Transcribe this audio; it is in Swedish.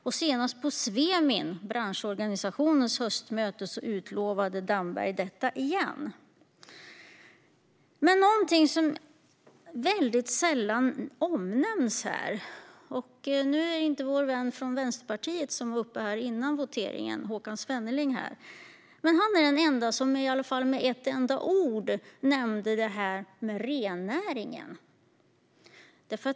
Och senast på branschorganisationen Svemins höstmöte lovade Damberg detta igen. Det finns något som sällan nämns. Nu är inte vår vän från Vänsterpartiet, Håkan Svenneling som var i talarstolen före voteringen, här, men han är den ende som, i alla fall med ett enda ord, har nämnt rennäringen.